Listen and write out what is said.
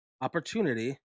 opportunity